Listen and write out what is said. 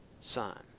son